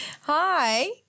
Hi